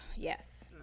Yes